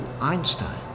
Einstein